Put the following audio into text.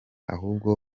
ahubwo